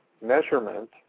measurement